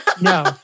no